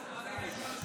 לכבוד פורים.